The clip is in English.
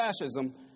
Fascism